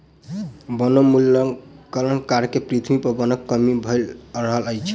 वनोन्मूलनक कारणें पृथ्वी पर वनक कमी भअ रहल अछि